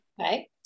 Okay